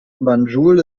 banjul